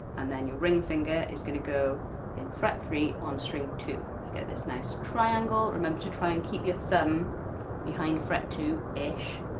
and then your ring finger is going to go in fret three on string two. you get this nice triangle. remember to try and keep your thumb behind fret two ish,